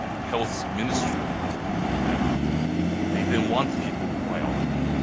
health ministry that they didn't want people to buy online.